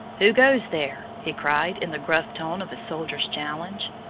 who goes there? he cried in the gruff tone of a soldier's challenge.